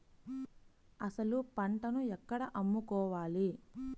అసలు పంటను ఎక్కడ అమ్ముకోవాలి?